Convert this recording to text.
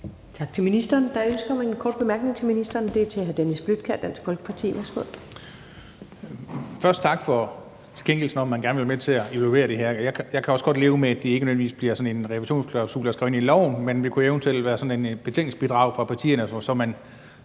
Tak til ministeren. Der er ønske om en kort bemærkning til ministeren. Den er fra hr. Dennis Flydtkjær, Dansk Folkeparti.